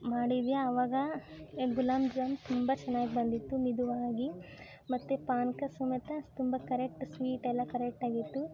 ಮಾಡಿದ್ಯ ಅವಾಗ ಎ ಗುಲಾಬ್ ಜಾಮ್ ತುಂಬ ಚೆನ್ನಾಗಿ ಬಂದಿತ್ತು ಮಿದುವಾಗಿ ಮತ್ತು ಪಾಕ ಸಮೇತ ತುಂಬ ಕರೆಟ್ ಸ್ವೀಟ್ ಎಲ್ಲ ಕರೆಕ್ಟಾಗಿತ್ತು